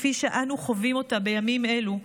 כפי שאנו חווים אותה בימים אלה,